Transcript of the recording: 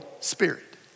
Spirit